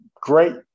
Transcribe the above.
great